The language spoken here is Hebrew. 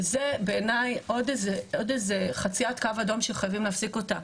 וזה בעיני עוד איזה חציית קו אדום שחייבים להפסיק אותו.